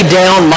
down